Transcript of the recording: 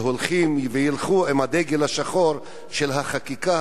שהולכים וילכו עם הדגל השחור של החקיקה